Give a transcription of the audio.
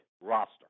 roster